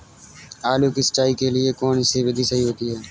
आलू की सिंचाई के लिए कौन सी विधि सही होती है?